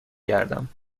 گردم